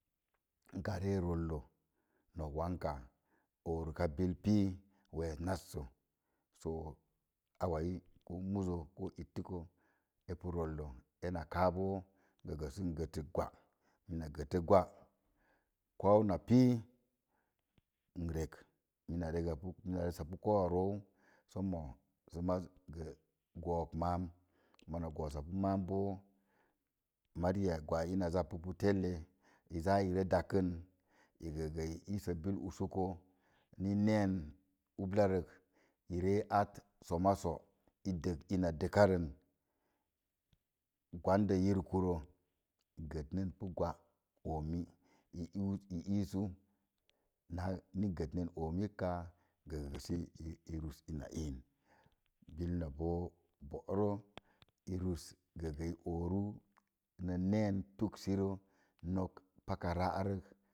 Ka ree zollo nok wanka oorika bil pii wess názzo nok awai muzo reka rə ittəzzə eru rollo ena káá boo sə n gətə gwa koou na pii na n rek mina ressapu kóóu a ró'óu sa nemo mona gosapu máám mari a gwai in zabpa pu tele sə dakən sa i ooro bil gəgə i iise bil usoko ni neén wulla rə i re at soma soma i dəg ina dəkarən kwandə yirkurə gəninpu gwa ooni iisu na su gətəm kwa oomi gəgə sə i rus ina ii bu na boorə i rus i oru sə i na, neen tuks rə nok paka ná rək